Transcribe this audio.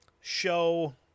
show